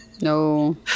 No